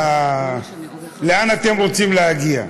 לאן אתם רוצים להגיע.